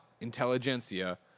Intelligentsia